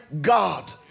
God